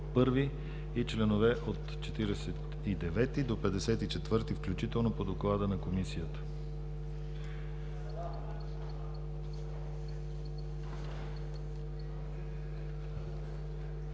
I и членове от 49 до 54 включително по Доклада на Комисията.